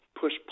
push